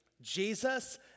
Jesus